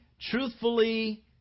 truthfully